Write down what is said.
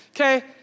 Okay